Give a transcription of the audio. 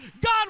God